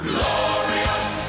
Glorious